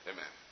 Amen